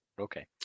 Okay